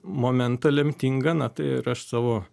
momentą lemtingą na tai ir aš savo